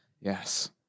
yes